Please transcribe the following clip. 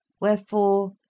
Wherefore